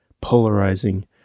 polarizing